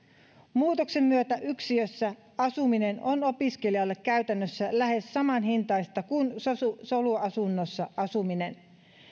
muutoksen myötä yksiössä asuminen on opiskelijalle käytännössä lähes samanhintaista kuin soluasunnossa asuminen